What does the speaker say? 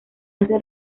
hace